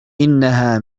إنها